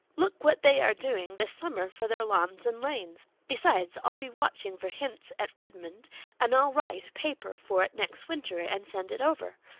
look what they are doing this summer for their lawns and lanes. besides, i'll be watching for hints at redmond and i'll write a paper for it next winter and send it over.